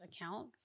account